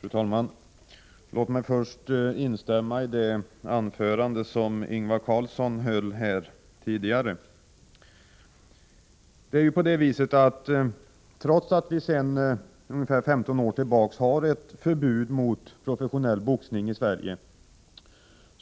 Fru talman! Låt mig först instämma i det anförande som Ingvar Karlsson i Bengtsfors höll här tidigare. Trots att vi sedan ca 15 år tillbaka har ett förbud mot professionell boxning i Sverige